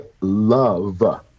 love